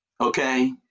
okay